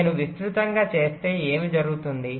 నేను విస్తృతంగా చేస్తే ఏమి జరుగుతుంది